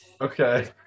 Okay